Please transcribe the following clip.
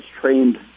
trained